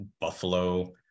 Buffalo